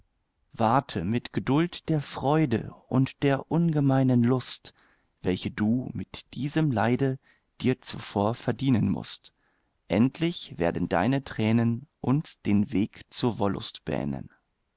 warte mit geduld der freude und der ungemeinen lust welche du mit diesem leide dir zuvor verdienen mußt endlich werden deine tränen uns den weg zur wollust bähnen